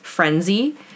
frenzy